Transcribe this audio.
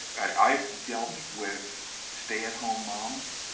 i've dealt with stay at home moms.